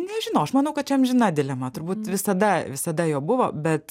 nežinau aš manau kad čia amžina dilema turbūt visada visada jo buvo bet